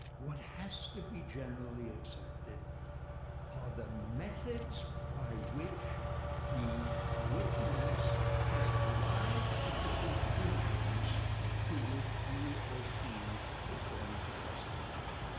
what has to be generally accepted are the methods by which the witness has arrived at the conclusions to which he or she is going to testify.